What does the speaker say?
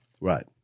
Right